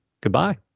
Goodbye